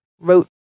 wrote